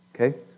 Okay